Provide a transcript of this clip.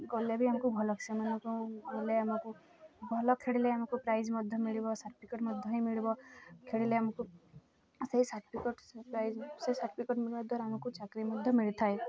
ଗଲେ ବି ଆମକୁ ଭଲ ସେମାନଙ୍କୁ ଗଲେ ଆମକୁ ଭଲ ଖେଳିଲେ ଆମକୁ ପ୍ରାଇଜ୍ ମଧ୍ୟ ମିଳିବ ସାର୍ଟିଫିକେଟ୍ ମଧ୍ୟ ହିଁ ମିଳିବ ଖେଳିଲେ ଆମକୁ ସେହି ସାର୍ଟିଫିକେଟ୍ ପ୍ରାଇଜ୍ ସେ ସାର୍ଟିଫିକେଟ୍ ମିଳିବା ଦ୍ୱାରା ଆମକୁ ଚାକିରି ମଧ୍ୟ ମିଳିଥାଏ